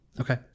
Okay